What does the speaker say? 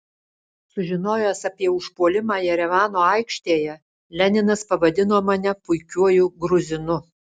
sužinojęs apie užpuolimą jerevano aikštėje leninas pavadino mane puikiuoju gruzinu